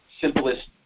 simplest